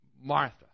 Martha